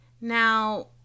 Now